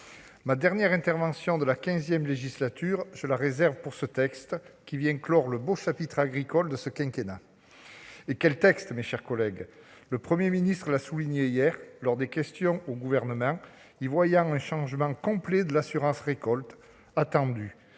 ma dernière intervention de la quinzième législature portera sur ce texte, qui vient clore le beau chapitre agricole de ce quinquennat. Et quel texte, mes chers collègues ! Le Premier ministre l'a souligné hier lors des questions d'actualité au Gouvernement, y voyant un changement complet de l'assurance récolte attendu